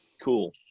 cool